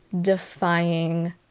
defying